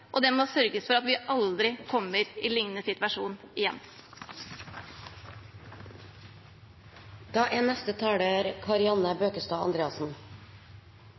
og det må sørges for at vi aldri kommer i en lignende situasjon igjen.